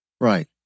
Right